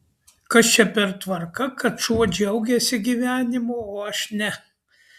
kas čia per tvarka kad šuo džiaugiasi gyvenimu o aš ne